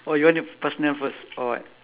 or you want the personal first or what